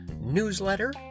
newsletter